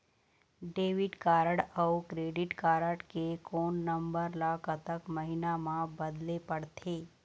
Debit card अऊ credit card के code number ला कतक महीना मा बदले पड़थे?